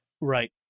Right